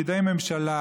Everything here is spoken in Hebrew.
פקידי ממשלה